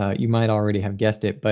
ah you might already have guessed it. but